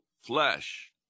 flesh